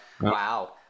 Wow